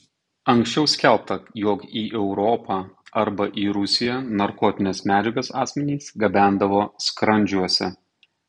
anksčiau skelbta jog į europą arba į rusiją narkotines medžiagas asmenys gabendavo skrandžiuose